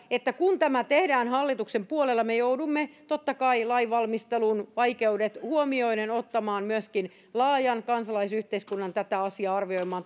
että kun tämä tehdään hallituksen puolella niin me joudumme totta kai lainvalmistelun vaikeudet huomioiden ottamaan myöskin laajan kansalaisyhteiskunnan tätä asiaa arvioimaan